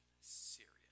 Serious